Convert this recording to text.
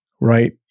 right